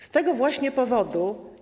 Z tego właśnie powodu.